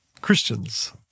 Christians